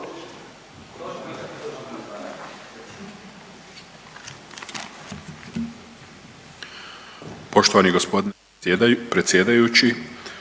Poštovani gospodine predsjedajući,